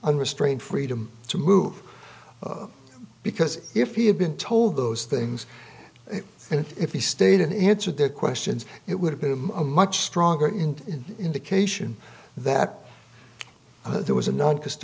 unrestrained freedom to move because if he had been told those things and if he stayed and answered their questions it would have been a much stronger in indication that there was a